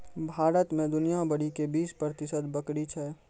भारत मे दुनिया भरि के बीस प्रतिशत बकरी छै